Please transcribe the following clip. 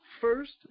first